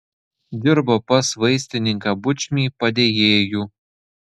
dirbo pas vaistininką bučmį padėjėju